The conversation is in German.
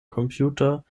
computer